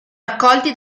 raccolti